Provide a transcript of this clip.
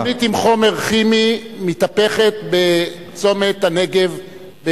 מכונית עם חומר כימי מתהפכת בצומת הנגב,